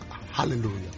hallelujah